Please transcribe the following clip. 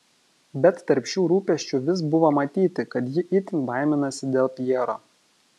bet tarp šių rūpesčių vis buvo matyti kad ji itin baiminasi dėl pjero